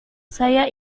saya